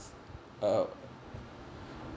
uh